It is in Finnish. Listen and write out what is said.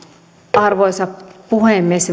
arvoisa puhemies